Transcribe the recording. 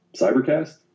Cybercast